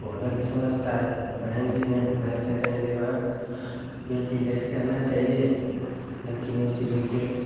वो अलग ही समझता है बहन भी हैं बहन से कहेंगे बहन ये चीज ऐसे होना चाहिए लेकिन वो चीज उनको